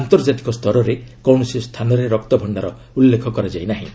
ଆନ୍ତର୍ଜାତିକ ସ୍ତରରେ କୌଣସି ସ୍ଥାନରେ ରକ୍ତଭଣ୍ଣାର ଉଲ୍ଲେଖ କରାଯାଇନାହିଁ